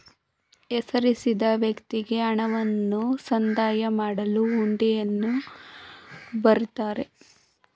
ಹೆಸರಿಸಿದ ವ್ಯಕ್ತಿಗೆ ಹಣವನ್ನು ಸಂದಾಯ ಮಾಡಲು ಹುಂಡಿಯನ್ನು ಬರಿತಾರೆ